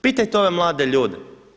Pitajte ove mlade ljude.